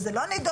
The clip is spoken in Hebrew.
וזה לא נדון,